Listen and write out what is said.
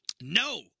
No